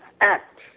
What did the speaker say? act